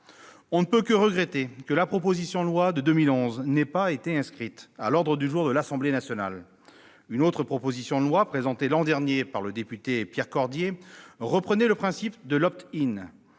On peut donc regretter que la proposition de loi de 2011 n'ait jamais été inscrite à l'ordre du jour de l'Assemblée nationale. Une autre proposition de loi, présentée l'an dernier par le député Pierre Cordier, reprenait le principe de l'.